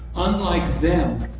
unlike them,